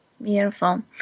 Beautiful